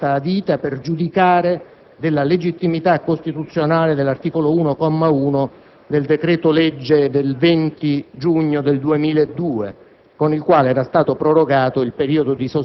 Allora la Corte era stata adita per giudicare della legittimità costituzionale dell'articolo 1, comma 1, del decreto-legge 20 giugno 2002,